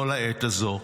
לא לעת הזו.